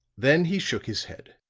then he shook his head.